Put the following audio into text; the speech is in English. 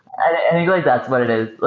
i think like that's what it is.